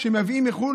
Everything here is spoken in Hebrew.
כשמייבאים מחו"ל,